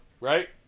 Right